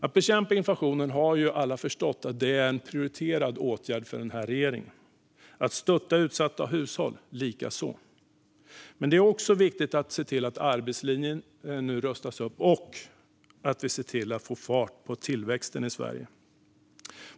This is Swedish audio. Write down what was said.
Alla har förstått att det är en prioriterad åtgärd för regeringen att bekämpa inflationen och likaså att stötta utsatta hushåll. Men det är också viktigt att se till att arbetslinjen nu rustas upp och att vi ser till att få fart på tillväxten i Sverige.